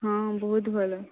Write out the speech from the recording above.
ହଁ ବହୁତ ଭଲ